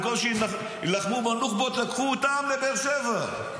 במקום שיילחמו בנוח'בות, לקחו אותם לבאר שבע.